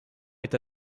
est